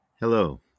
Hello